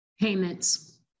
payments